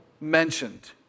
mentioned